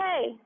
Hey